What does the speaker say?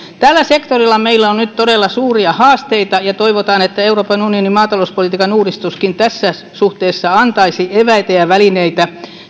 tällä sektorilla meillä on nyt todella suuria haasteita ja toivotaan että euroopan unionin maatalouspolitiikan uudistuskin tässä suhteessa antaisi eväitä ja välineitä